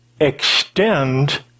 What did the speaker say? extend